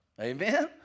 Amen